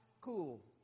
cool